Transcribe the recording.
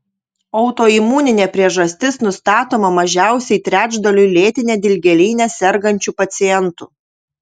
autoimuninė priežastis nustatoma mažiausiai trečdaliui lėtine dilgėline sergančių pacientų